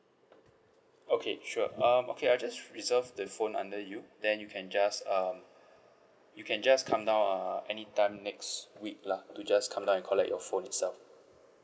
okay sure um okay I'll just reserve the phone under you then you can just um you can just come down uh anytime next week lah to just come down and collect your phone itself